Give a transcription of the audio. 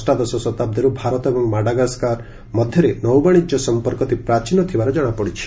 ଅଷ୍ଟାଦଶ ଶତାବ୍ଦୀରୁ ଭାରତ ଏବଂ ମାଡାଗାସ୍କାର୍ ମଧ୍ୟରେ ନୌବାଶିଜ୍ୟ ସମ୍ପର୍କ ଅତି ପ୍ରାଚୀନ ଥିବାର ଜଣାପଡ଼ି ଛି